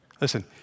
Listen